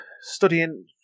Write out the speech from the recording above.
studying